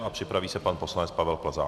A připraví se pan poslanec Pavel Plzák.